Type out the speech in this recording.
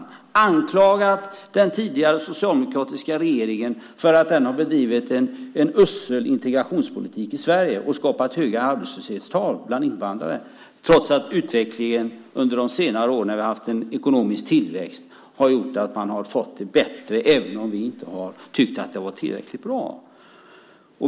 Ni har anklagat den socialdemokratiska regeringen för att den har bedrivit en usel integrationspolitik i Sverige och skapat höga arbetslöshetstal bland invandrare trots att utvecklingen under de senare åren, när vi har haft en ekonomisk tillväxt, har gjort att man har fått det bättre - även om vi inte har tyckt att det har varit tillräckligt bra.